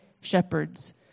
shepherds